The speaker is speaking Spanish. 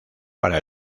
para